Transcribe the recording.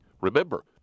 Remember